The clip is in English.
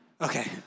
Okay